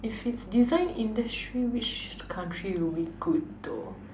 if it's design industry which country will be good though